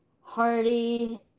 Hardy